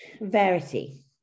Verity